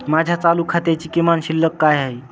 माझ्या चालू खात्याची किमान शिल्लक काय आहे?